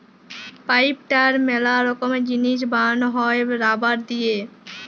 pipe, tyre ম্যালা রকমের জিনিস বানানো হ্যয় রাবার দিয়ে